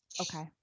Okay